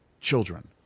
children